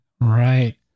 Right